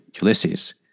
Ulysses